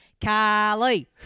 Carly